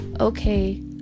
okay